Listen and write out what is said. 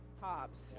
Cops